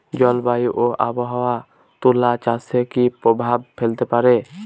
জলবায়ু ও আবহাওয়া তুলা চাষে কি প্রভাব ফেলতে পারে?